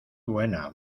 buena